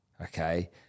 Okay